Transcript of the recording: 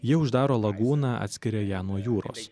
jie uždaro lagūną atskiria ją nuo jūros